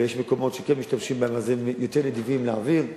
ויש מקומות שכן משתמשים בהם אז הם יותר נדיבים להעביר,